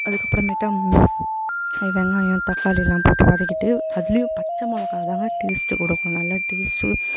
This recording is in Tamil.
அதுக்கு அப்புறமேட்டா அது வெங்காயம் தக்காளிலாம் போட்டு வதக்கிவிட்டு அதுலேயும் பச்சைமொளகா தான்ங்க டேஸ்ட்டு கொடுக்கும் நல்லா டேஸ்ட்டு